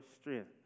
strength